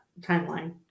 timeline